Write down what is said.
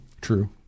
true